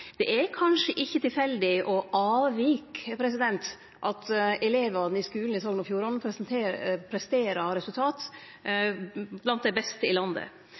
Det er kanskje ikkje tilfeldig og avvik at elevane ved skulen i Sogn og Fjordane presterer resultat blant dei beste i landet.